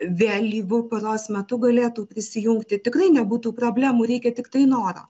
vėlyvu paros metu galėtų prisijungti tikrai nebūtų problemų reikia tiktai noro